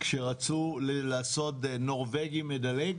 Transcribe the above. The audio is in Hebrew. כשרצו לעשות נורבגי מדלג